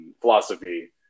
Philosophy